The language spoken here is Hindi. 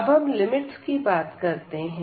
अब हम लिमिट्स की बात करते हैं